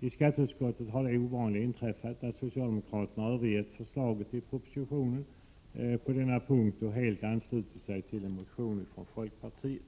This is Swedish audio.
I skatteutskottet har det ovanliga inträffat att socialdemokratena har övergett förslaget i propositionen på denna punkt och helt anslutit sig till en motion från folkpartiet.